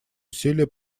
усилия